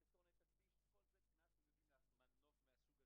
ואותם אנחנו סוגרים עד שאנחנו מוודאים שהם תיקנו את כל הליקויים.